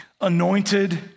anointed